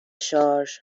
شارژ